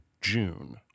June